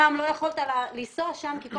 זה אחרת.